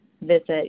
visit